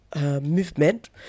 movement